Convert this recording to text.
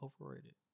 overrated